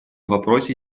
вопросе